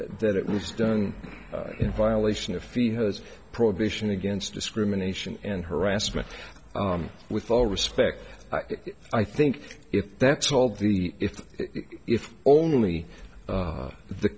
that it was done in violation if he has a prohibition against discrimination and harassment with all respect i think if that's all the if if only the the